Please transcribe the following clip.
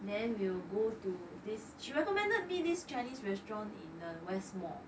then we will go to this she recommended me this chinese restaurant in the west mall